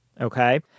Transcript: okay